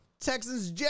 Texans